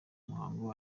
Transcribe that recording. muhango